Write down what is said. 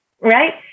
Right